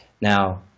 Now